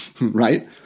right